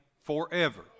forever